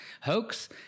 hoax